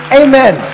amen